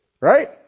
Right